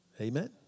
Amen